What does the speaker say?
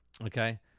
Okay